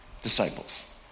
disciples